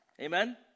amen